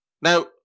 Now